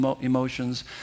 emotions